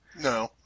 No